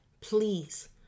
please